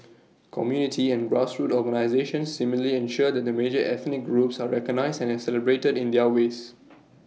community and grassroots organisations similarly ensure that the major ethnic groups are recognised and celebrated in their ways